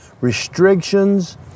restrictions